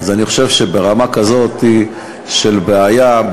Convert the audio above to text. אני חושב שברמה כזאת של בעיה,